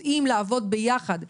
יודעים לעבוד יחד?